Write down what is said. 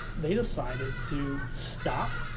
they decided to stop,